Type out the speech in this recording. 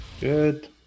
Good